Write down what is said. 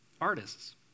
Artists